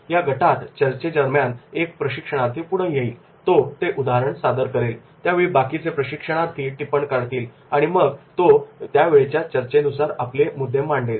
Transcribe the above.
या गटात चर्चेदरम्यान एक प्रशिक्षणार्थी पुढे येईल तो ते उदाहरण सादर करेल त्यावेळी बाकीचे प्रशिक्षणार्थी टिपण काढतील आणि मग तो त्यावेळेच्या चर्चेनुसार आपली मुद्दे मांडेल